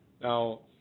Now